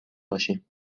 باشیم